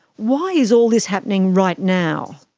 why is all this happening right now?